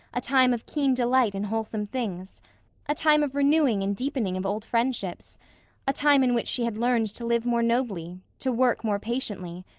a time of keen delight in wholesome things a time of renewing and deepening of old friendships a time in which she had learned to live more nobly, to work more patiently,